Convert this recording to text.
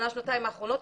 שנה-שנתיים האחרונות,